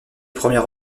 premier